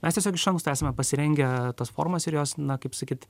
mes tiesiog iš anksto esame pasirengę tas formas ir jos na kaip sakyt